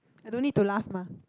I don't need to laugh mah